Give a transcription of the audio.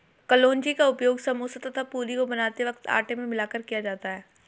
कलौंजी का उपयोग समोसा तथा पूरी को बनाते वक्त आटे में मिलाकर किया जाता है